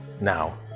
now